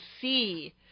see